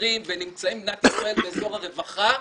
משתכרים ונמצאים במדינת ישראל באזור הרווחה,